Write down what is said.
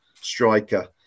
striker